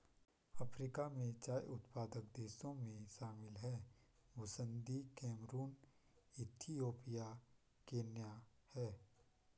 Africa में चाय उत्पादक देशों में शामिल हैं बुसन्दी कैमरून इथियोपिया केन्या है